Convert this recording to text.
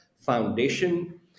Foundation